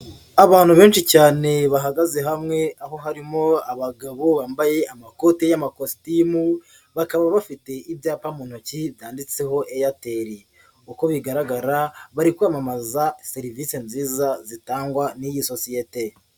Abantu benshi cyane bahagaze hamwe aho harimo abagabo bambaye amakoti y'amakositimu, bakaba bafite ibyapa mu ntoki byanditseho airtel, uko bigaragara bari kwamamaza serivisi nziza zitangwa n'iyi sosiyete.